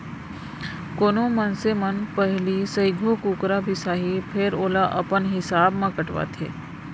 कोनो मनसे मन पहिली सइघो कुकरा बिसाहीं फेर ओला अपन हिसाब म कटवाथें